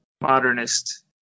modernist